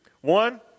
One